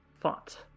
font